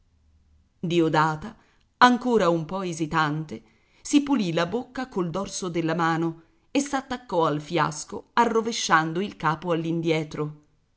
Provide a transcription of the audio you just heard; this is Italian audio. diodata ancora un po esitante si pulì la bocca col dorso della mano e s'attaccò al fiasco arrovesciando il capo